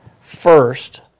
first